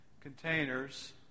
containers